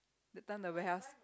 that time the warehouse